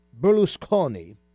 Berlusconi